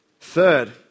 Third